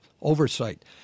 oversight